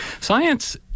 Science